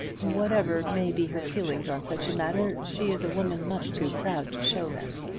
whatever may be her feelings on such a matter, she is a woman much too proud to show them.